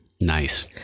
Nice